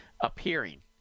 appearing